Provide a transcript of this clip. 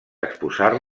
exposar